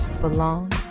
belong